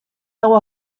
dago